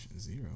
Zero